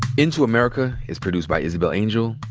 into america is produced by isabel angel,